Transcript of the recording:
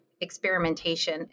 Experimentation